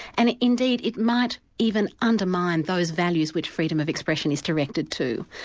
and indeed it might even undermine those values which freedom of expression is directed to.